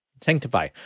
Sanctify